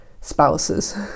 spouses